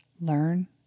learn